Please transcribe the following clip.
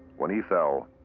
when he fell,